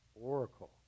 Oracle